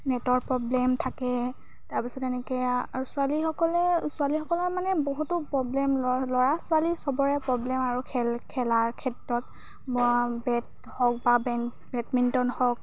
নেটৰ প্ৰব্লেম থাকে তাৰপাছত এনেকৈ আৰু ছোৱালীসকলে ছোৱালীসকলৰ মানে বহুতো প্ৰব্লেম ল'ৰা ল'ৰা ছোৱাৰীৰ চবৰে প্ৰব্লেম আৰু খেল খেলাৰ ক্ষেত্ৰত বেট হওক বা বেন বেডমিণ্টন হওক